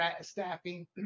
staffing